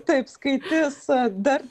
taip skaitys dar